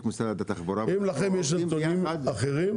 משרד התחבורה --- אם לכם יש נתונים אחרים,